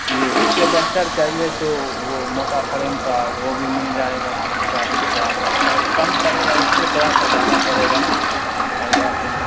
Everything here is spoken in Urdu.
جی اس سے بہتر چاہیے تو وہ موٹا پھریم کا ہے وہ بھی مل جائے گا اس کا بھی تھورا سا اور کم پرے گا اس سے تھورا سا جیادہ پرے گا اور جا کے